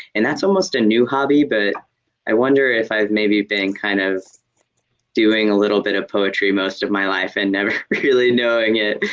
and that's almost a new hobby, but i wonder if i've maybe been kind of doing a little bit of poetry most of my life and never really knowing knowing it.